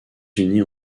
unis